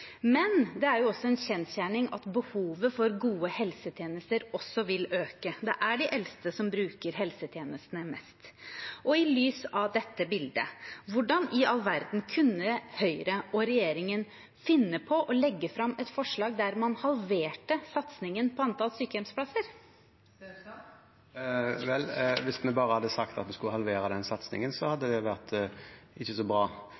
Det er også en kjensgjerning at behovet for gode helsetjenester vil øke, og det er de eldste som bruker helsetjenestene mest. I lys av dette bildet: Hvordan i all verden kunne Høyre og regjeringen finne på å legge fram et forslag der man halverer satsingen på antall sykehjemsplasser? Hvis vi bare hadde sagt at vi skulle halvere den satsingen, hadde det ikke vært så bra.